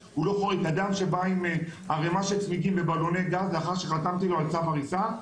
אדם שבא עם ערימה של צמיגים ובלוני גז לאחר שחתמתי לו על צו הריסה,